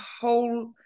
whole